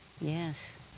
Yes